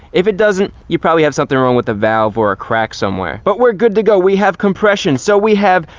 if it doesn't, you probably have something wrong with a valve or a crack somewhere. but we're good to go, we have compression. so we have.